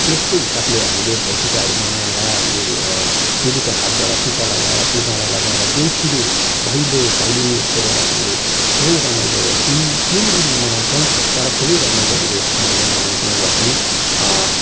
त्यसको हिसाबले हामीले भाइटिकाहरू मनाएर हामीले चेलीको हातबाट टीका लगाएर फुल माला लगाएर देउसिरे भैलो भैलेनी खेलेर हामीले खुबै रमाइलो तिन तिन दिन मनाउँछौँ तर खुबै रमाइलोसँगले मनाउने गर्छौँ